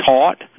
taught